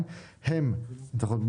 צריך להגדיר את זה טוב יותר.